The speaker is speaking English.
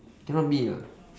cannot be lah